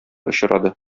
очрады